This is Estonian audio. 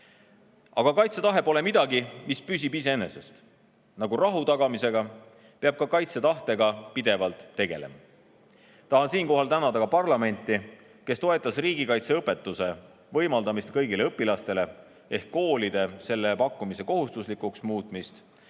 Aga kaitsetahe pole midagi, mis püsib iseenesest. Nagu rahu tagamisega, peab ka kaitsetahtega pidevalt tegelema. Tahan siinkohal tänada ka parlamenti, kes toetas riigikaitseõpetuse võimaldamist kõigile õpilastele ehk koolides selle pakkumise kohustuslikuks muutmist